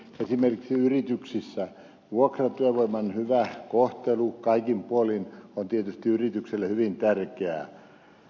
esimerkiksi yrityksissä vuokratyövoiman hyvä kohtelu kaikin puolin on tietysti yritykselle hyvin tärkeää